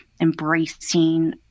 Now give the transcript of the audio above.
embracing